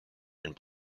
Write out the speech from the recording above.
and